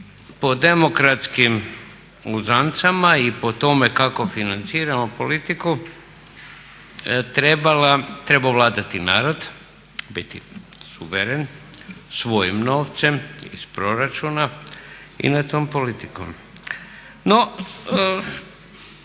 po demokratskim uzancama i po tome kako financiramo politiku trebao vladati narod, biti suveren svojim novcem iz proračuna i nad tom politikom.